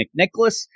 McNicholas